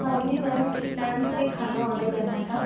हाँ जी ma'am ma'am हमें खाना ऑर्डर करना था